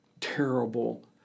terrible